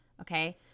okay